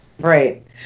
Right